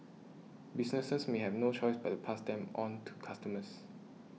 businesses may have no choice but pass them on to customers